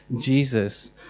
Jesus